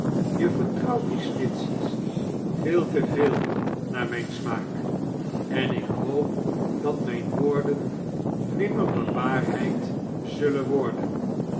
je verfcrouwt die snitchey's veel te veel naar mijn smaak en ik hoop dat mrjn woorden nimmer bewaarheid zullen warden